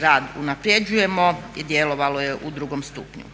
rad unaprjeđujemo djelovalo je u drugom stupnju.